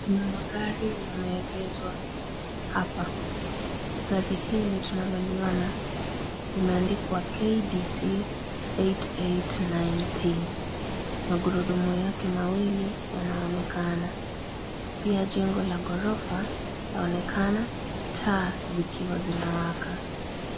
Kuna magari yameegezwa hapa, gari hili tunaloliona limeandikwa KDC 889P magurudumu yake mawili yanaonekana, pia jengo la ghorofa laonekana taa zikiwa inawaka.